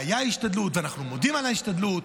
והייתה השתדלות ואנחנו מודים על ההשתדלות.